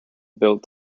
built